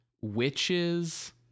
witches